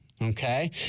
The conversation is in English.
Okay